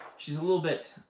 she's a little bit